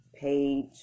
page